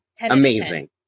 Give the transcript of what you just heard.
Amazing